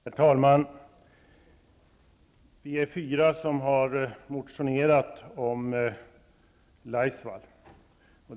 Herr talman! Vi är fyra ledamöter som har väckt motioner om Laisvall.